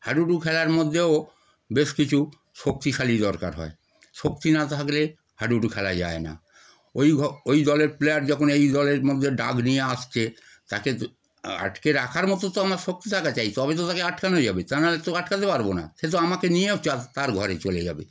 হাডুডু খেলার মধ্যেও বেশ কিছু শক্তিশালী দরকার হয় শক্তি না থাকলে হাডুডু খেলা যায় না ওই ঘ ওই দলের প্লেয়ার যখন এই দলের মধ্যে ডাক নিয়ে আসছে তাকে তো আটকে রাখার মতো তো আমার শক্তি থাকা চাই তবে তো তাকে আটকানো যাবে তা নাহলে তো আটকাতে পারব না সে তো আমাকে নিয়েও চার তার ঘরে চলে যাবে